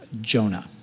Jonah